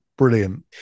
brilliant